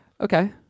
Okay